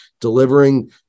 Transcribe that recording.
delivering